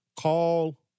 call